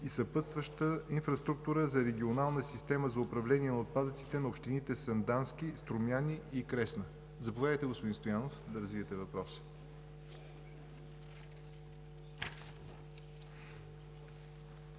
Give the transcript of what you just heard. и съпътстваща инфраструктура за Регионална система за управление на отпадъците на общините Сандански, Струмяни и Кресна. Заповядайте, господин Стоянов, да развиете въпроса.